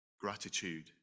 gratitude